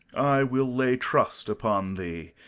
i will lay trust upon thee,